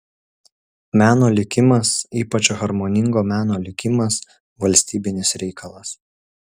meno likimas ypač harmoningo meno likimas valstybinis reikalas